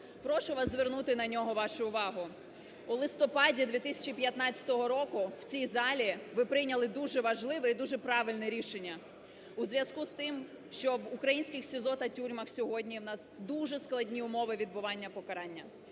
Прошу вас звернути на нього вашу увагу. У листопаді 2015 року в цій залі ви прийняли дуже важливе і дуже правильне рішення. У зв'язку з тим, що в українських СІЗО та тюрмах сьогодні у нас дуже складні умови відбування покарання,